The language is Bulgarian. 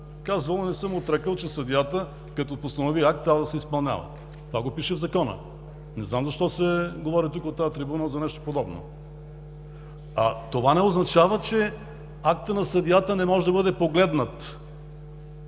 казвал, не съм отрекъл, че съдията, като постанови акт, трябва да се изпълнява. Това го пише в Закона. Не знам защо се говори тук от тази трибуна за нещо подобно. А това не означава, че актът на съдията не може да бъде погледнат,